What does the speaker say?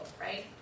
right